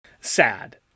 Sad